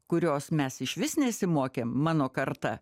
kurios mes išvis nesimokėm mano karta